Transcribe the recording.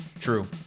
true